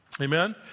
Amen